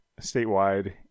statewide